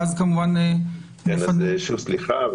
ואז כמובן --- שוב סליחה,